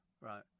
Right